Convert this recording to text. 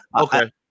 okay